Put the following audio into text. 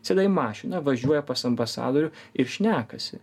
sėda į mašiną važiuoja pas ambasadorių ir šnekasi